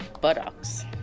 buttocks